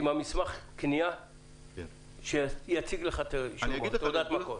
מסמך הקנייה יציג לך את תעודת המקור?